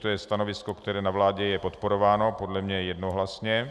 To je stanovisko, které je na vládě podporováno podle mě jednohlasně.